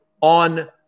on